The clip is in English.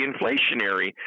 inflationary